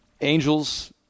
Angels